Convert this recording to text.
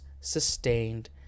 sustained